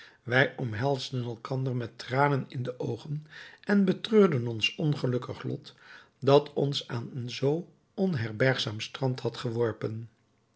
wij omhelsden elkander met tranen in de oogen en betreurden ons ongelukkig lot dat ons aan een zoo onherbergzaam strand had geworpen